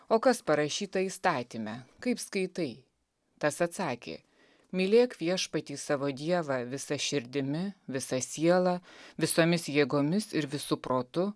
o kas parašyta įstatyme kaip skaitai tas atsakė mylėk viešpatį savo dievą visa širdimi visa siela visomis jėgomis ir visu protu